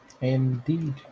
Indeed